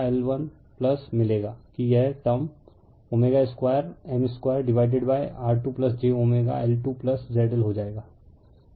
R1j L1 मिलेगा कि यह term square M square divided by R2 j L2ZL हो जाएगा